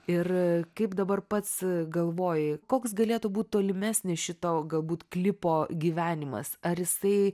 ir kaip dabar pats galvoji koks galėtų būt tolimesnis šito galbūt klipo gyvenimas ar jisai